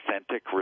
authentic